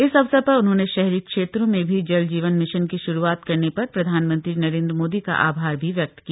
इस अवसर पर उन्होंने शहरी क्षेत्रों में भी जल जीवन मिशन की शुरूआत करने पर प्रधानमंत्री नरेन्द्र मोदी का आभार भी व्यक्त किया